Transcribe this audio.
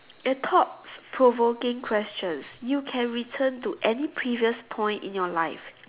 the thought provoking questions you can return to any previous point in your life